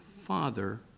Father